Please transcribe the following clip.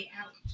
out